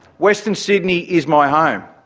western sydney is my home.